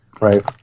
Right